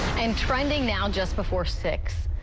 and trending now just before six